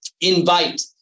invite